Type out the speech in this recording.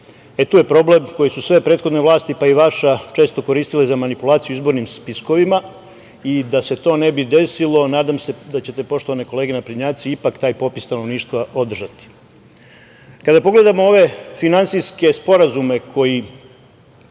e tu je problem koje su sve prethodne vlasti, pa i vaša često koristile za manipulaciju izbornim spiskovima. Da se to ne bi desilo, nadam se da ćete, poštovane kolege naprednjaci, ipak taj popis stanovništva održati. Kada pogledamo ove finansijske sporazume koji